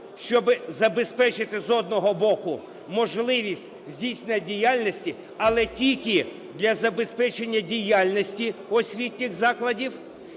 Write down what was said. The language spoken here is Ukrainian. щоби забезпечити, з одного боку, можливість здійснення діяльності, але тільки для забезпечення діяльності освітніх закладів.